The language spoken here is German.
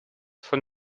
vom